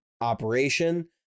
operation